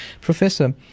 Professor